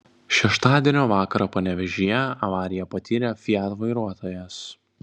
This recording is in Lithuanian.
šeštadienio vakarą panevėžyje avariją patyrė fiat vairuotojas